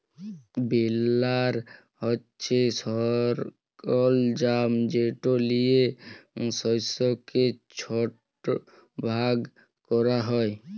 বেলার হছে সরলজাম যেট লিয়ে শস্যকে ছট ভাগ ক্যরা হ্যয়